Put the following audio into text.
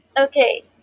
Okay